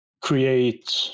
create